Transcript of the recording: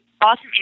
awesome